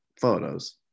photos